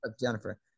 Jennifer